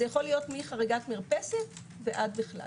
זה יכול להיות מחריגת מרפסת ועד בכלל,